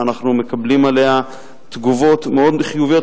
ואנחנו מקבלים עליה תגובות מאוד חיוביות,